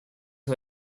who